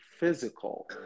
physical